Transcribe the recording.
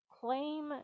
claim